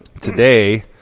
today